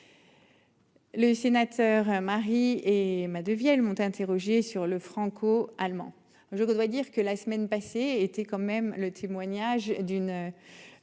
Les. Un mari et ma de. Interrogé sur le franco-allemand. Je dois dire que la semaine passée était quand même le témoignage d'une.